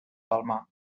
palmar